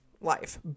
life